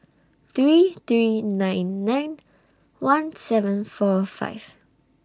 three three nine nine one seven four five